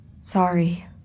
Sorry